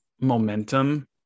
momentum